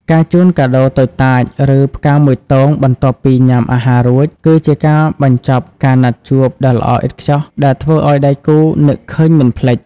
ការជូនកាដូតូចតាច ឬផ្កាមួយទងបន្ទាប់ពីញ៉ាំអាហាររួច គឺជាការបញ្ចប់ការណាត់ជួបដ៏ល្អឥតខ្ចោះដែលធ្វើឱ្យដៃគូនឹកឃើញមិនភ្លេច។